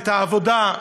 את העבודה,